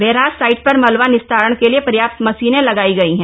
barrage side पर मलवा निस्तारण के लिए पर्याप्त मशीनें लगाई गई है